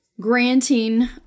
granting